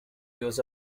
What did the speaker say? views